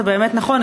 זה באמת נכון,